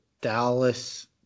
Dallas